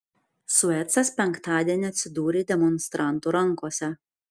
suecas penktadienį atsidūrė demonstrantų rankose